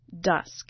Dusk